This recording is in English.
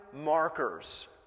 markers